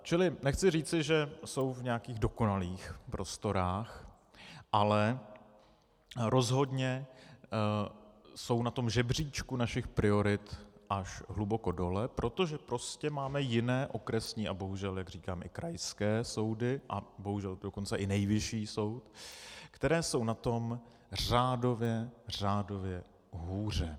Čili nechci říci, že jsou v nějakých dokonalých prostorách, ale rozhodně jsou na tom žebříčku našich priorit až hodně dole, protože prostě máme jiné okresní a bohužel, jak říkám, i krajské soudy, a dokonce bohužel i Nejvyšší soud, které jsou na tom řádově, řádově hůře.